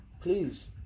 Please